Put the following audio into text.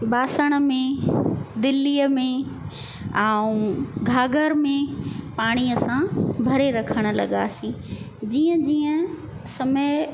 बासण में दिलीअ में ऐं घाघर में पाणी असां भरे रखणु लॻासीं जीअं जीअं समय